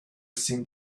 seem